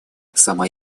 сама